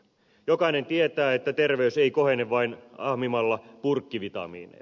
jokainen tietää että terveys ei kohene vain ahmimalla purkkivitamiineja